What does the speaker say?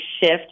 shift